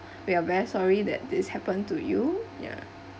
we are very sorry that this happen to you ya